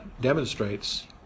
demonstrates